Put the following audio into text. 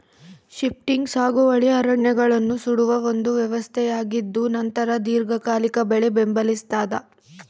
shifting ಸಾಗುವಳಿ ಅರಣ್ಯಗಳನ್ನು ಸುಡುವ ಒಂದು ವ್ಯವಸ್ಥೆಯಾಗಿದ್ದುನಂತರ ದೀರ್ಘಕಾಲಿಕ ಬೆಳೆ ಬೆಂಬಲಿಸ್ತಾದ